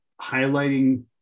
highlighting